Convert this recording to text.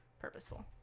purposeful